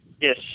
Yes